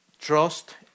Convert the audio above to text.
trust